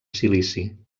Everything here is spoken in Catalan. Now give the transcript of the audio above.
silici